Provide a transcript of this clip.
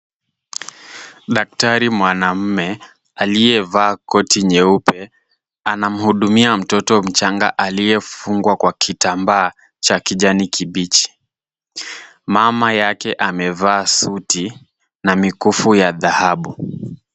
Daktari mwanamume aliyevaa koti nyeupe, anamhudumia mtoto mchanga aliyefungwa kwa kitambaa cha kijani kibichi. Mama yake amevaa suti na mikufu ya dhahabu.